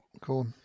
cool